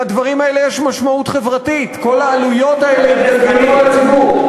לדברים האלה יש משמעות חברתית כל העלויות האלה יושתו על הציבור.